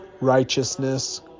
righteousness